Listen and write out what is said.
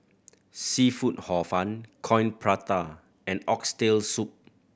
seafood Hor Fun Coin Prata and Oxtail Soup